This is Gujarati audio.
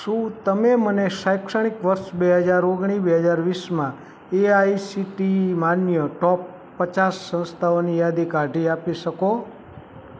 શું તમે મને શૈક્ષણિક વર્ષ બે હજાર ઓગણીસ બે હજાર વીસમાં A I C T E માન્ય ટોપ પચાસ સંસ્થાઓની યાદી કાઢી આપી શકો